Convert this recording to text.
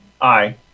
Aye